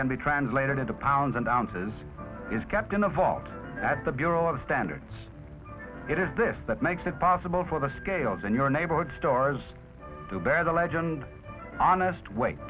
can be translated into pounds and ounces is kept in a vault at the bureau of standards it is this that makes it possible for the scales in your neighborhood stars to bear the legend honest w